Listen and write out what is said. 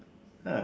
ah